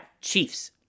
Chiefs